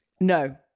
No